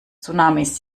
tsunamis